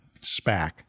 SPAC